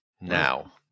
now